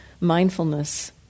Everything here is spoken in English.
mindfulness